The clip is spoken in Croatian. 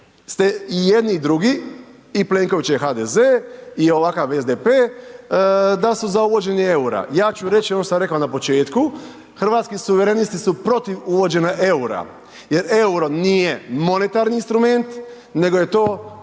Hrvatski suverenisti su protiv uvođenja EUR-a jer EUR-o nije monetarni instrument nego je to